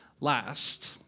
last